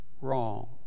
wrong